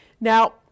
Now